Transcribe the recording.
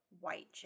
White